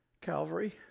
Calvary